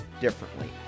differently